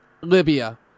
Libya